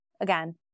Again